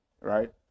right